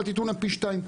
אל תיתנו להם פי שניים.